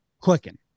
clicking